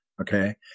okay